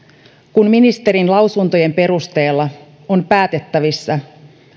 kun ministerin lausuntojen perusteella on pääteltävissä